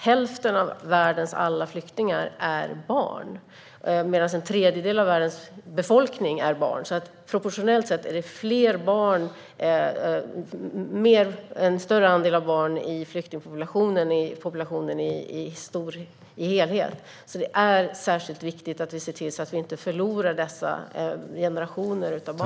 Hälften av världens alla flyktingar är barn, medan en tredjedel av världens befolkning är barn, så proportionellt sett är andelen barn i flyktingpopulationen större än i populationen som helhet. Det är särskilt viktigt att vi ser till att inte förlora dessa generationer av barn.